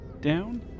down